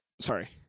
Sorry